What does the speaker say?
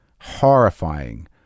horrifying